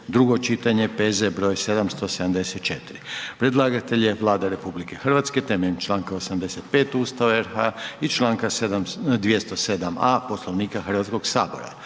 drugo čitanje, P.Z. br. 774 Predlagatelj je Vlada RH temeljem članka 85. Ustava RH i članaka 207. a Poslovnika Hrvatskog sabora.